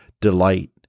delight